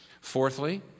Fourthly